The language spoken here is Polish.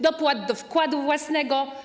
Dopłat do wkładu własnego?